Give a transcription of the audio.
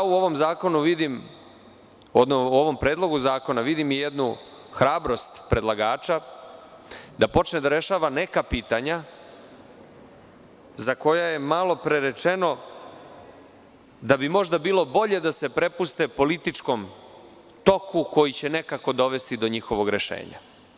U ovom predlogu zakona vidim i jednu hrabrost predlagača da počne da rešava neka pitanja za koja je malopre rečeno da bi možda bilo bolje da se prepuste političkom toku koji će nekako dovesti do njihovog rešenja.